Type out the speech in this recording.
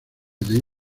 david